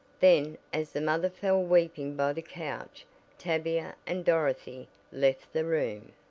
then as the mother fell weeping by the couch tavia and dorothy left the room.